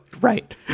right